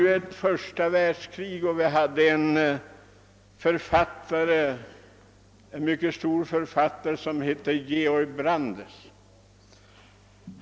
Vid tiden för första världskriget levde en stor författare som hette Georg Brandes.